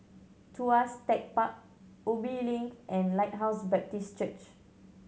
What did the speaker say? Tuas Tech Park Ubi Link and Lighthouse Baptist Church